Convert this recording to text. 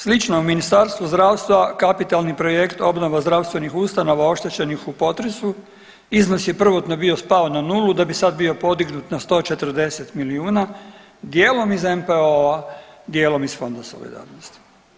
Slično Ministarstvu zdravstva kapitalni projekt obnova zdravstvenih ustanova oštećenih u potresu iznos je prvotno bio spao na nulu da bi sad bio podignut na 140 milijuna dijelom iz NPO-a, dijelom iz Fonda solidarnosti.